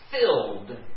filled